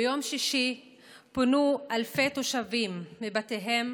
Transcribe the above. ביום שישי פונו אלפי תושבים מבתיהם